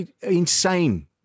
insane